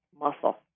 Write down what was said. muscle